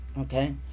okay